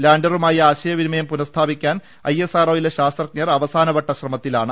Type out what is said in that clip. ലാൻഡറുമായി ആശയവിനിമയം പുനഃസ്ഥാപിക്കാൻ ഐഎസ്ആർഒയിലെ ശാസ്ത്രജ്ഞൻ അവസാനവട്ട ശ്രമത്തിലാണ്